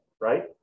right